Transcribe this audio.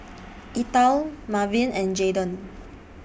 Ethyle Marvin and Jaydon